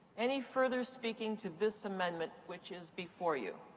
any further speaking to this amendment which is before you?